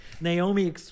Naomi